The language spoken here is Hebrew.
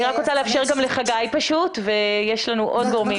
אני רק רוצה לאפשר לחגי ויש לנו עוד גורמים.